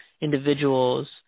individuals